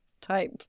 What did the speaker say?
type